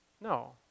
No